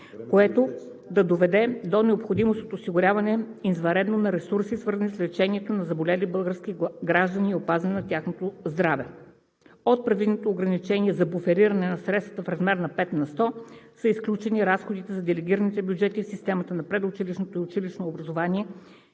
което да доведе до необходимост от осигуряване извънредно на ресурси, свързани с лечението на заболелите български граждани, с оглед опазване на тяхното здраве. От предвиденото ограничение за буфериране на средства в размер на 5 на сто са изключени разходите за делегираните бюджети в системата на предучилищното и училищното образование